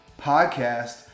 Podcast